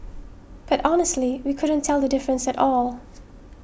but honestly we couldn't tell the difference at all